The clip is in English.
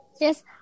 Yes